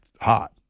hot